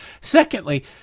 Secondly